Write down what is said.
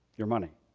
your money.